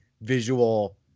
visual